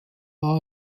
war